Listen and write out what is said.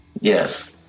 Yes